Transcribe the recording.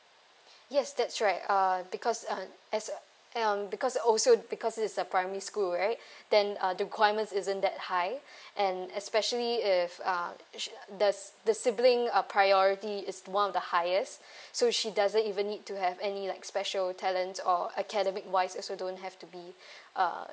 yes that's right uh because and as a and because also because it's a primary school right then uh the requirements isn't that high and especially if uh she~ the the sibling uh priority is one of the highest so she doesn't even need to have any like special talents or academic wise also don't have to be uh